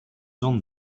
done